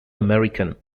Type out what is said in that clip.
american